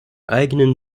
eignen